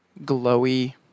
glowy